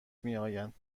میآیند